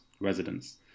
residents